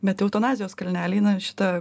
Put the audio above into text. bet eutanazijos kalneliai na šita